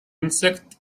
insects